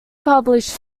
published